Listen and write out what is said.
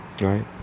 Right